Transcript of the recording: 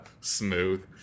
Smooth